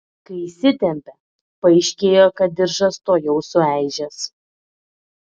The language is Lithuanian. kai įsitempė paaiškėjo kad diržas tuojau sueižės